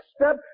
step